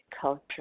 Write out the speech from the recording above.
culture